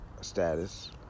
status